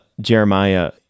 Jeremiah